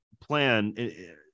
plan